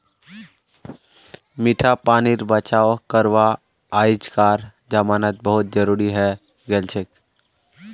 मीठा पानीर बचाव करवा अइजकार जमानात बहुत जरूरी हैं गेलछेक